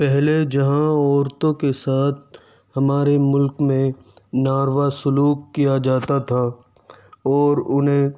پہلے جہاں عورتوں کے ساتھ ہمارے ملک میں ناروا سلوک کیا جاتا تھا اور انہیں